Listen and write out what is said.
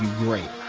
great.